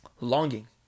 longing